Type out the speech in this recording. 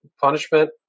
punishment